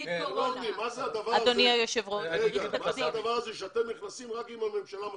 מה זה הדבר הזה שאתם נכנסים רק אם הממשלה מסכימה?